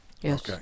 Yes